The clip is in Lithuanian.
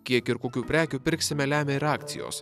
kiek ir kokių prekių pirksime lemia ir akcijos